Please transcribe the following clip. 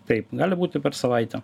taip gali būti per savaitę